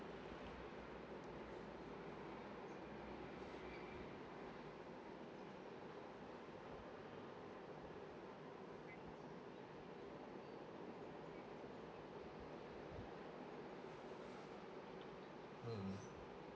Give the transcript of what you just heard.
mm